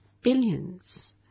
billions